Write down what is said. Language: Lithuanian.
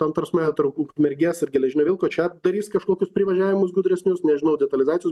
ta prasme tarp ukmergės ir geležinio vilko čia darys kažkokius privažiavimus gudresnius nežinau detalizacijos